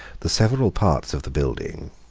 the several parts of the building,